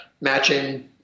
matching